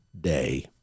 day